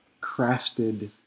Crafted